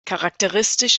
charakteristisch